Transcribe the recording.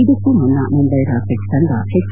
ಇದಕ್ಕೂ ಮುನ್ನ ಮುಂಬೈ ರಾಕೆಟ್ಸ್ ತಂಡ ಹೆಚ್